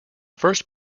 first